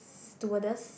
stewardess